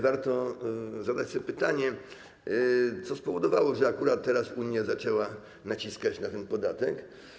Warto zadać sobie pytanie, co spowodowało, że akurat teraz Unia zaczęła naciskać na ten podatek.